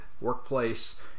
workplace